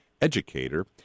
educator